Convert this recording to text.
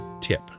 tip